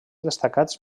destacats